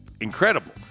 incredible